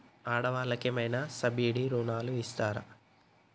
ఆడ వాళ్ళకు ఏమైనా సబ్సిడీ రుణాలు ఇస్తారా?